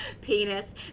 Penis